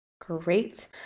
great